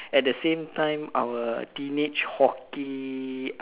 at the same time our teenage hockey uh